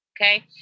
Okay